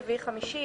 רביעי וחמישי